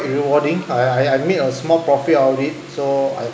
rewarding I I I made a small profit out of it so I